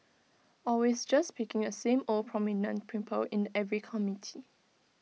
always just picking the same old prominent people in every committee